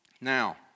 Now